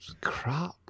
crap